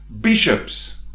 bishops